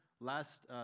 last